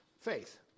faith